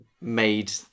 made